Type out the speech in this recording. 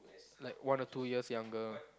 like one or two years younger